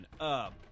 up